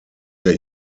der